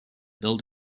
build